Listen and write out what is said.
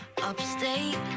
upstate